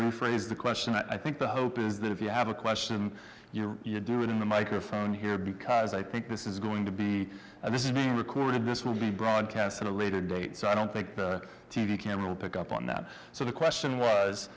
rephrase the question that i think the hope is that if you have a question you know you do it in the microphone here because i think this is going to be this is being recorded this will be broadcast at a later date so i don't think the t v camera will pick up on that so the question was